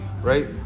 right